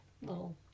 little